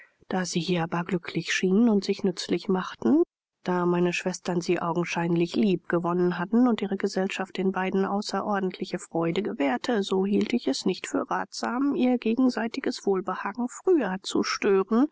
da sie hier aber glücklich schienen und sich nützlich machten da meine schwestern sie augenscheinlich lieb gewonnen hatten und ihre gesellschaft den beiden außerordentliche freude gewährte so hielt ich es nicht für ratsam ihr gegenseitiges wohlbehagen früher zu stören